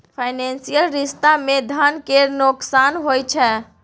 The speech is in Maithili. फाइनेंसियल रिश्ता मे धन केर नोकसान होइ छै